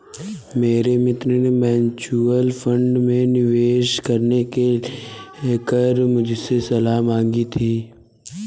मेरे मित्र ने म्यूच्यूअल फंड में निवेश करने को लेकर मुझसे सलाह मांगी है